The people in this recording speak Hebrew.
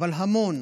אבל המון.